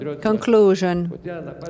conclusion